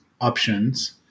options